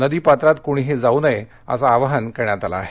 नदी पात्रात कुणीही जाऊ नये असंही आवाहन करण्यात आलं आहे